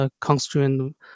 constraint